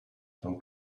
from